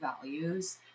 values